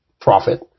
profit